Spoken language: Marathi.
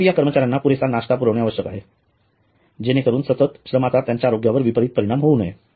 तथापि या कर्मचाऱ्यांना पुरेसा नाश्ता पुरवणे आवश्यक आहे जेणेकरून सतत श्रमाचा त्यांच्या आरोग्यावर विपरित परिणाम होऊ नये